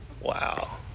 Wow